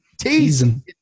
teasing